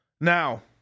Now